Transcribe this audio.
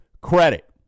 credit